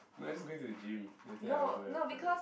no I just going to the gym then after that I'll go after I